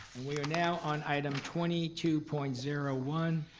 we are now on item twenty two point zero one.